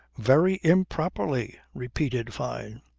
very improperly, repeated fyne.